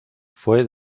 fue